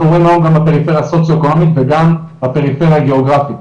רואים גם היום בפריפריה הסוציו אקונומית וגם בפריפריה הגיאוגרפית,